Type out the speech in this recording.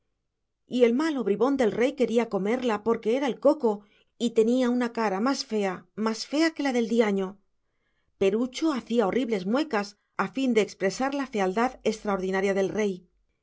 y el malo bribón del rey quería comerla porque era el coco y tenía una cara más fea más fea que la del diaño perucho hacía horribles muecas a fin de expresar la fealdad extraordinaria del rey y una noche dijo él dice heme de comer mañana por la mañanita trempano a la